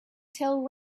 tell